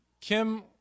Kim